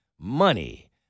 money